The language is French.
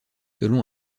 selon